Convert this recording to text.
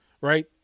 right